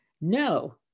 No